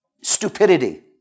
stupidity